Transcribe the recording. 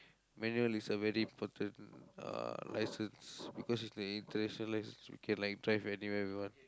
manual is a very important uh license because it is a international license we can like drive anywhere we want